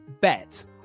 bet